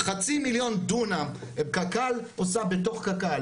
חצי מיליון דונם, קק"ל עושה בתוך קק"ל.